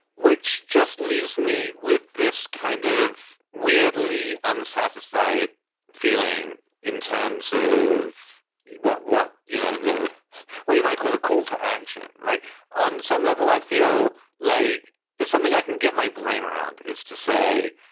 which just leaves me with this kind of weirdly unsatisfied feeling in terms ah of what what you know, the what you might call a call to action. like on some level, i feel like it's something i can get my brain around is to say.